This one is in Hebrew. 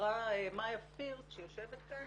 דיברה מ"פ שיושבת כאן